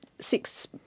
six